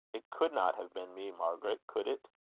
it could not have been me, margaret, could it?